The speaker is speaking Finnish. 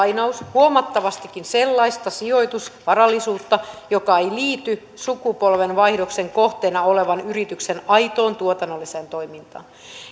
huomattavastikin sellaista sijoitusvarallisuutta joka ei liity sukupolvenvaihdoksen kohteena olevan yrityksen aitoon tuotannolliseen toimintaan